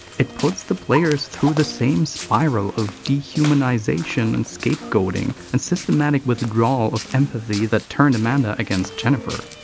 it puts the players through the same spiral of dehumanization and scapegoating and systematic withdrawal of empathy that turned amanda against jennifer.